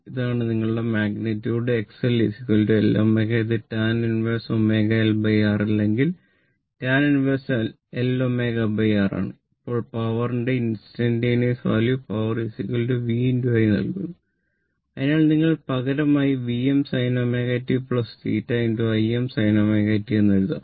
ഇതാണ് നിങ്ങളുടെ magnitude Im sin ω t എന്ന് എഴുതാം